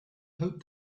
hoped